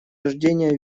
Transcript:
рождения